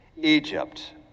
Egypt